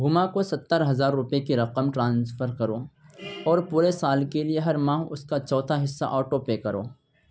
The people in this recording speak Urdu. ہما کو ستر ہزار روپے کی رقم ٹرانسفر کرو اور پورے سال کے لیے ہر ماہ اس کا چوتھا حصہ آٹو پے کرو